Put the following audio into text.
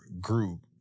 group